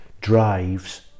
drives